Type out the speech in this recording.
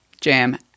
jam